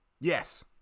yes